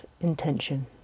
intention